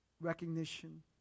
recognition